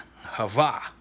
Hava